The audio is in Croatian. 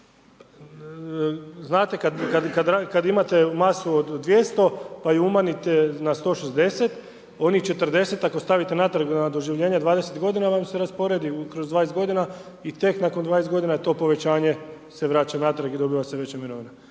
Znate kad imate masu od 200 pa ju umanjite na 160, onih 40 ako stavite natrag na .../Govornik se ne razumije./... 20 g. ono se rasporedi kroz 20 g. i tek nakon 20 g. to povećanje se vraća natrag i dobiva se veća mirovina